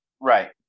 Right